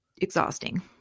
Exhausting